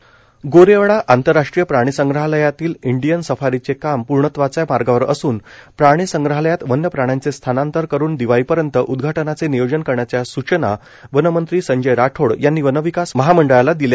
नागप्र गोरवाडा आंतरराष्ट्रीय प्राणिसंग्रहालयातील इंडियनसफारीच काम पूर्णत्वाच मार्गावर असून प्राणिसंग्रहालयात वन्य प्राण्यांचक्ष्थानांतर करुन दिवाळीपर्यंत उद्घाटनाच नियोजन करण्याच्या सूचना वनमंत्री संजयराठोड यांनी वनविकास महामंडळाला दिल्या